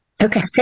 Okay